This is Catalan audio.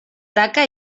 taca